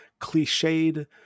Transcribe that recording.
cliched